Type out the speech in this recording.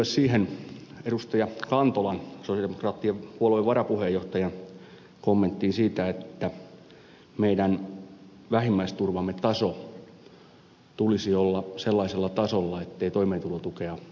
kantolan sosialidemokraattisen puolueen varapuheenjohtajan kommenttiin siitä että meidän vähimmäisturvamme tason tulisi olla sellaisella tasolla ettei toimeentulotukea tarvittaisi lainkaan